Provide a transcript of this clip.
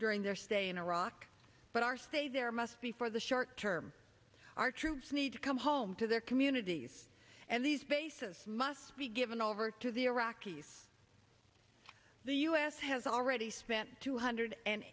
during their stay in iraq but our stay there must be for the short term our troops need to come home to their communities and these bases must be given over to the iraqis the u s has already spent two hundred